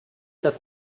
dass